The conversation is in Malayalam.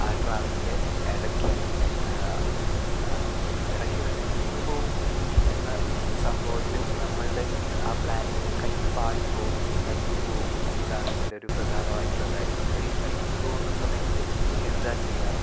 ആ ട്രവലിൻ്റെ ഇടയ്ക്കു തന്നെ ഇടയ്ക്കു തന്നെ നിന്നു പോകും എന്ന സംഭവത്തിൽ നമ്മളുടെ ആ പ്ലാനിംഗ് കൈയ്യിൽ നിന്നു പാളിപ്പോകും അല്ലെങ്കിൽ കൈയ്യിൽ നിന്നു പോകും എന്നതാണ് ഇതിൻ്റെയൊരു പ്രധാനമായിട്ടുള്ളൊരു കാര്യം പക്ഷെ ഈ കൈയ്യിൽ നിന്നു പോകുന്ന സമയത്ത് എന്താ ചെയ്യുക